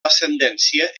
ascendència